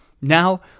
Now